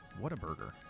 whataburger